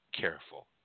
careful